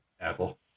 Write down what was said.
Apple